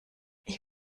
ich